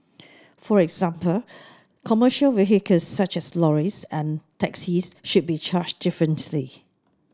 for example commercial vehicles such as lorries and taxis should be charged differently